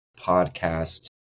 podcast